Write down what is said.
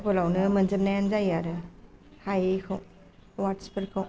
गुगोलावनो मोनजोबनायानो जायो आरो हायैखौ अवार्दसफोरखौ